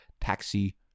taxi